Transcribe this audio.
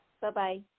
Bye-bye